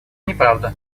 неправда